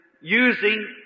using